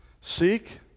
Seek